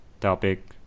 topic